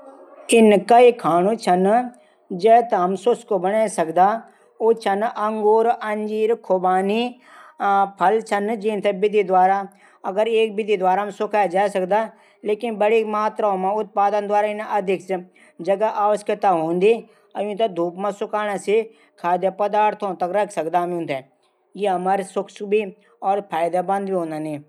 इ कई खाणू छन जैथे हम शुष्क बणे सकदा अंगूर अंजीर खुमानी फल जींथे बडी मात्रा मा दुई मात्रा आवश्यक हूदी ऊथै धूप मा सूखै खाद्य पदार्थों थै और हमरू शरीर फायदेमंद भी हूंदा।